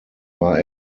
war